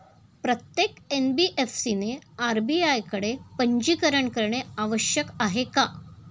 प्रत्येक एन.बी.एफ.सी ने आर.बी.आय कडे पंजीकरण करणे आवश्यक आहे का?